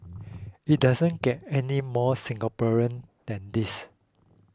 it doesn't get any more Singaporean than this